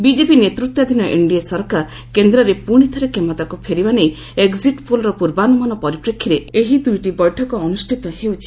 BJP ନେତୃତ୍ୱାଧୀନ NDA ସରକାର କେନ୍ଦ୍ରରେ ପୁଣିଥରେ କ୍ଷମତାକୁ ଫେରିବା ନେଇ ଏକ୍ଜିଟ୍ ପୋଲ୍ର ପୂର୍ବାନୁମାନ ପରିପ୍ରେକ୍ଷୀରେ ଏହି ଦୁଇଟି ବୈଠକ ଅନୁଷ୍ଠିତ ହେଉଛି